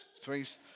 twice